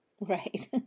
Right